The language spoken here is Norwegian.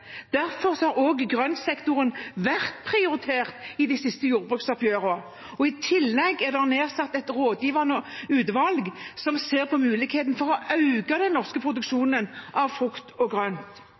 Derfor har også grøntsektoren vært prioritert i de siste jordbruksoppgjørene. I tillegg er det nedsatt et rådgivende utvalg som ser på muligheten for å øke den norske